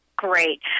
Great